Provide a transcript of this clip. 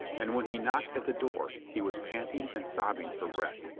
and when he knocked at the door he was panting and sobbing for breath.